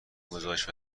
گذاشت